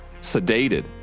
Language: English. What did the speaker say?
sedated